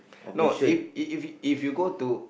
no if you go to